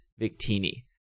Victini